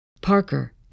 Parker